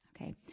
Okay